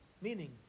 Meaning